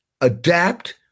Adapt